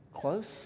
Close